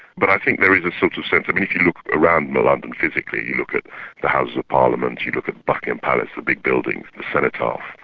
but i think there is a sort of sense, i mean if you look around london physically, you look at the houses of parliament, you look at buckingham palace, the big buildings, the cenotaph,